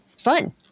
fun